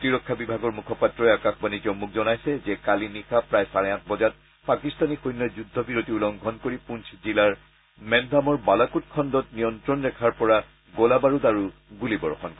প্ৰতিৰক্ষা বিভাগৰ মুখপাত্ৰই আকাশবাণী জম্মুক জনাইছে যে কালি নিশা প্ৰায় চাৰে আঠ বজাত পাকিস্তানী সৈন্যই যুদ্ধ বিৰতি উলংঘন কৰি পুঞ্ণ জিলাৰ মেনধামৰ বালাকোট খণ্ডত নিয়ন্ত্ৰণৰেখাৰ পৰা গোলাবাৰুদ আৰু গুলীবৰ্ষণ কৰে